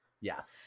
yes